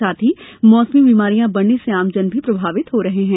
साथ ही मौसमी बीमरियां बढ़ने से आम जन भी प्रभावित हो रहे हैं